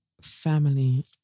family